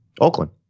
Oakland